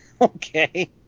okay